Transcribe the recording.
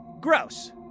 gross